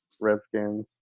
Redskins